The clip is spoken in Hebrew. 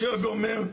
אני אומר,